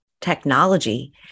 technology